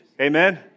Amen